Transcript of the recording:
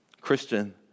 Christian